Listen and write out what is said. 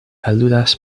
aludas